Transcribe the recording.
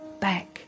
back